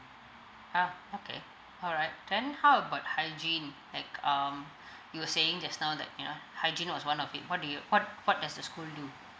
uh okay alright then how about hygiene like um you were saying just now like you know hygiene was one of it what do you what what does the school do